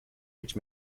which